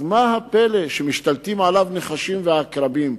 מה הפלא שמשתלטים עליו נחשים ועקרבים?